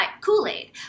Kool-Aid